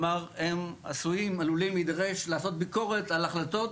כלומר הם עלולים להידרש לעשות ביקורת על החלטות